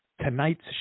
tonight's